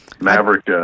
maverick